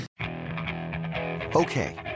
Okay